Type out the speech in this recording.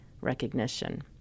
recognition